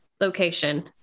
location